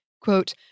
Quote